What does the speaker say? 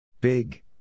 Big